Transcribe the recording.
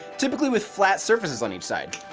typically with flat surfaces on each side.